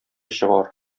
чыгар